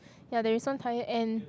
ya there is some tyre and